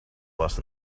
less